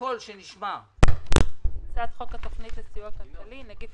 סדר-היום הצעת חוק התכנית לסיוע כלכלי (נגיף